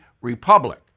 republic